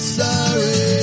sorry